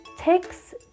ticks